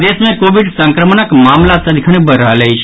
प्रदेश मे कोविड संक्रमणक मामिला सदिखन बढ़ि रहल अछि